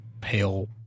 pale